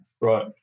Right